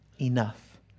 enough